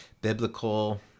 biblical